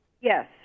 Yes